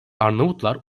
arnavutlar